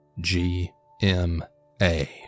G-M-A